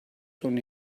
son